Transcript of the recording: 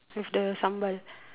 with the sambal